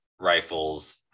rifles